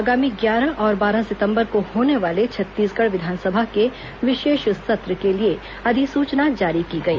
आगामी ग्यारह और बारह सितंबर को होने वाले छत्तीसगढ़ विधानसभा के विशेष सत्र के लिए अधिसूचना जारी की गई